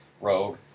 rogue